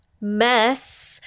mess